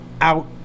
out